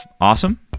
awesome